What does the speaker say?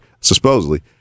supposedly